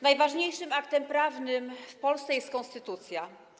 Najważniejszym aktem prawnym w Polsce jest konstytucja.